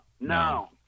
No